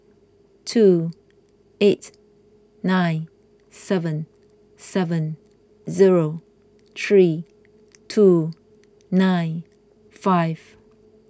two eight nine seven seven zero three two nine five